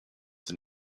than